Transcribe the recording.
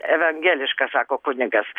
evangelišką sako kunigas